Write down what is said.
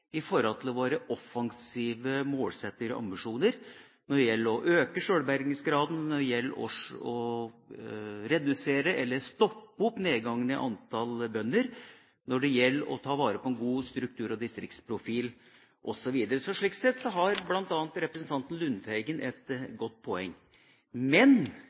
i forhold til våre offensive målsettinger og ambisjoner når det gjelder å øke sjølbergingsgraden, og når det gjelder å redusere eller stoppe nedgangen i antall bønder, når det gjelder å ta vare på en god struktur og distriktsprofil, osv. Slik sett har bl.a. representanten Lundteigen et godt poeng. Men